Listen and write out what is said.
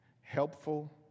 helpful